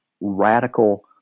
radical